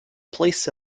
place